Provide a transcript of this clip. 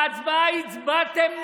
בהצבעה הצבעתם נגד.